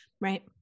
right